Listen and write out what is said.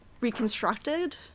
reconstructed